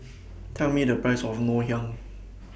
Tell Me The Price of Ngoh Hiang